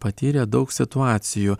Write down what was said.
patyrė daug situacijų